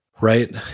right